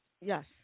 Yes